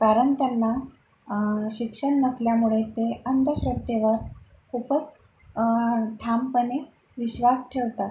कारन त्यांना शिक्षन नसल्यामुडे ते अंदश्रद्धेवर खूपच ठामपने विश्वास ठेवतात